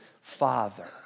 Father